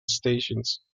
stations